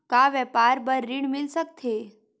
का व्यापार बर ऋण मिल सकथे?